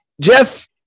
Jeff